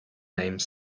name